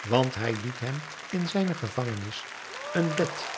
want hij liet hem in zijne gevangenis een bed